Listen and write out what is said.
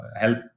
help